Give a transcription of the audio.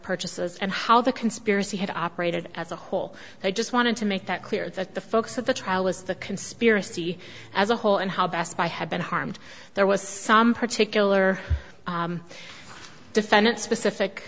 purchases and how the conspiracy had operated as a whole they just wanted to make that clear that the focus of the trial was the conspiracy as a whole and how best buy had been harmed there was some particular defendant specific